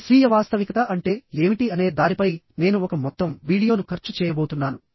ఈ స్వీయ వాస్తవికత అంటే ఏమిటి అనే దానిపై నేను ఒక మొత్తం వీడియోను ఖర్చు చేయబోతున్నాను